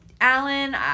Alan